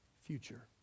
future